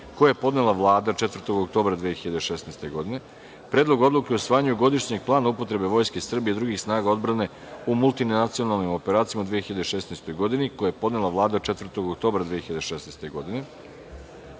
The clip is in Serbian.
koji je podnela Vlada 4. oktobra 2016. godine; Predlogu odluke o usvajanju godišnjeg plana upotrebe Vojske Srbije i drugih snaga odbrane u multinacionalnim operacijama u 2016. godini, koji je podnela Vlada 4. oktobra 2016.